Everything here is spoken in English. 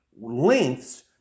lengths